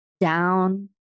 down